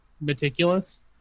meticulous